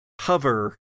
hover